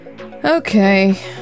Okay